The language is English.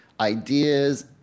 ideas